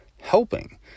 helping